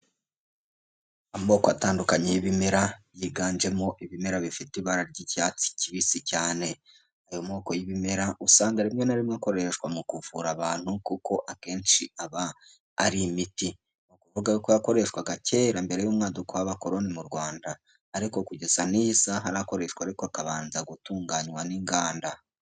Amoko atandukanye y'ibimera yiganjemo ibimera bifite ibara ry'icyatsi kibisi cyane, ayo moko y'ibimera usanga rimwe na rimwe akoreshwa mu kuvura abantu kuko akenshi aba ari imiti. Ni ukuvuga ko yakoreshwaga kera mbere y'umwaduko w'abakoloni mu Rwanda, ariko kugeza na n'iyi saha arakoreshwa ariko akabanza gutunganywa n'inganda.